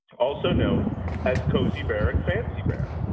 also known as cozy bear and fancy bear,